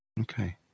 Okay